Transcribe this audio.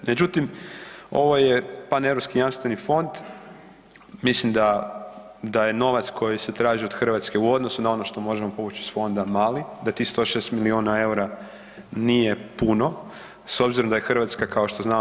Međutim, ovo je Paneuropski jamstveni fond, mislim da je novac koji se traži od Hrvatske u odnosu na ono što možemo povuć iz fonda mali, da tih 106 milijuna eura nije puno s obzirom da je Hrvatska kao što znamo